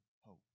hope